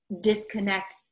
disconnect